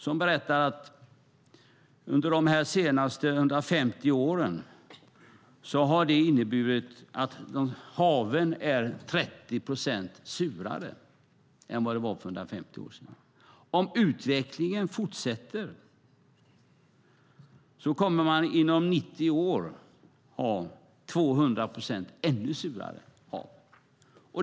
Han berättade att under de senaste 150 åren har haven blivit 30 procent surare. Om utvecklingen fortsätter kommer vi att inom 90 år ha hav som är ytterligare 200 procent surare.